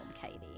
Katie